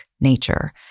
nature